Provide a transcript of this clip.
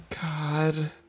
God